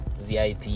VIP